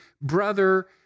brother